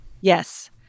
Yes